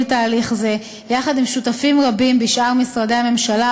תהליך זה יחד עם שותפים רבים בשאר משרדי הממשלה,